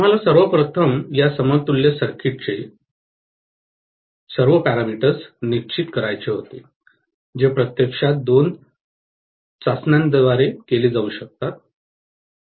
आम्हाला सर्वप्रथम या समतुल्य सर्किटचे सर्व पॅरामीटर्स निश्चित करायचे होते जे प्रत्यक्षात दोन चाचण्यांद्वारा केले जाऊ शकतात